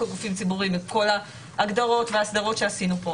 על גופים ציבוריים אלא כל ההגדרות וההסדרות שעשינו כאן.